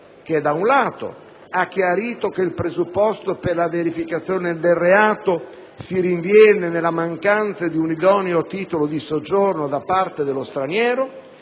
che, da un lato, ha chiarito che il presupposto per la verificazione del reato si rinviene nella mancanza di un idoneo titolo di soggiorno da parte dello straniero